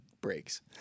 breaks